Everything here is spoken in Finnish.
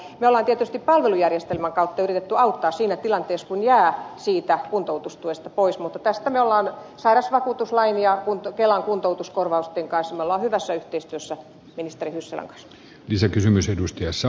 me olemme tietysti palvelujärjestelmän kautta yrittäneet auttaa siinä tilanteessa kun jää siitä kuntoutustuesta pois mutta olemme sairausvakuutuslain ja kelan kuntoutuskorvausten kanssa hyvässä yhteistyössä ministeri hyssälän kanssa